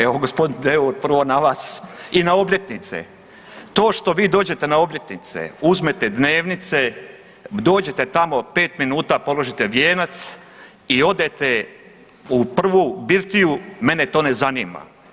Evo gospodin Deur prvo na vas i na obljetnice, to što vi dođete na obljetnice, uzmete dnevnice, dođete tamo 5 minuta, položite vijenac i odete u prvu birtiju mene to ne zanima.